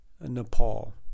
Nepal